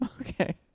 Okay